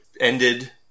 ended